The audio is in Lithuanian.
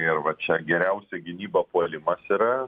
ir va čia geriausia gynyba puolimas yra